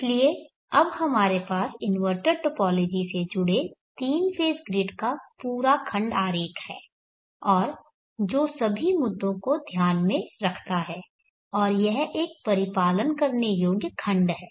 इसलिए अब हमारे पास इन्वर्टर टोपोलॉजी से जुड़े तीन फेज़ ग्रिड का पूरा खंड आरेख है और जो सभी मुद्दों को ध्यान में रखता है और यह एक परिपालन करने योग्य खंड है